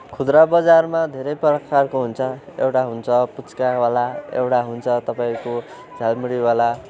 खुदरा बजारमा धेरै प्रकारको हुन्छ एउटा हुन्छ पुच्कावाला एउटा हुन्छ तपाईँको झालमुडीवाला